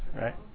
right